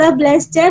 blessed